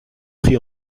pris